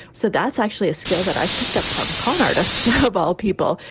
so that's actually a skill that i picked up from con artists of all people.